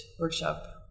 Workshop